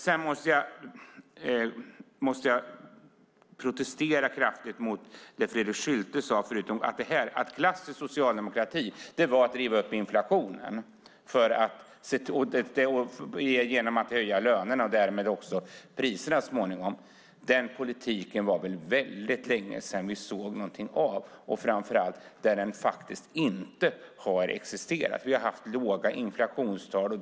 Sedan måste jag protestera kraftigt mot det Fredrik Schulte sade förut, att klassisk socialdemokrati var att driva upp inflationen genom att höja lönerna och därmed också priserna så småningom. Den politiken var det väl väldigt länge sedan vi såg någonting av, framför allt där den faktiskt inte har existerat. Vi har haft låga inflationstal.